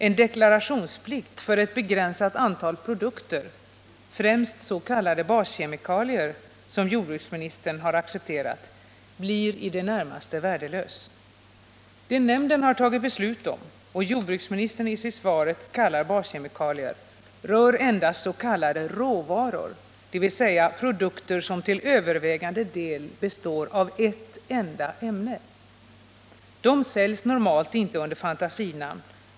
En deklarationsplikt för ett begränsat antal produkter, främst s.k. baskemikalier, som jordbruksministern har accepterat, blir i det närmaste värdelös. Det nämnden fattat beslut om och jordbruksministern i svaret kallar baskemikalier rör endast s.k. råvaror, dvs. produkter som till övervägande del består av ett enda ämne. De säljs normalt inte under fantasinamn.